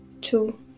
two